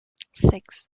six